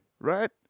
right